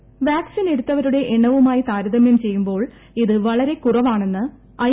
പ്പാക്സിനെടുത്തവരുടെ എണ്ണവുമായി താരതമ്യം ചെയ്യുമ്പോൾ ഇത് വളരെ കുറവാണെന്ന് ഐ